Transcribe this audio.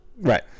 right